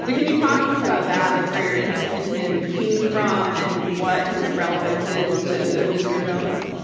so can you talk some about that, like where your interest in him came from and what his relevance is to mr. jones?